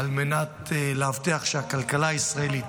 על מנת להבטיח שהכלכלה הישראלית